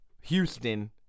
Houston